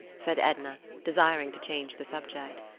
said edna, desiring to change the subject.